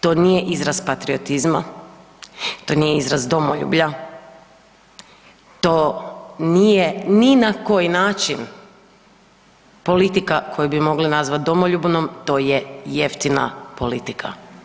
To nije izraz patriotizma, to nije izraz domoljublja, to nije ni na koji način politika koju bi mogli nazvat domoljubnom, to je jeftina politika.